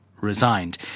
resigned